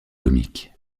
comiques